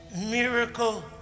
miracle